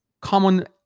common